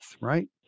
right